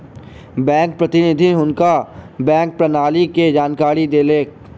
bank प्रतिनिधि हुनका bank प्रणाली के जानकारी देलैन